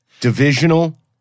Divisional